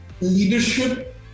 leadership